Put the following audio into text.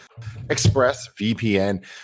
ExpressVPN